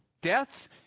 Death